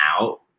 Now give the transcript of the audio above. out